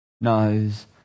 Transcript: knows